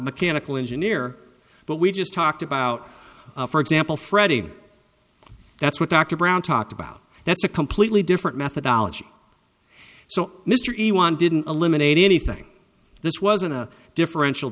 mechanical engineer but we just talked about for example freddy that's what dr brown talked about that's a completely different methodology so mystery one didn't eliminate anything this wasn't a differential